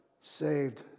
saved